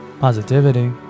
Positivity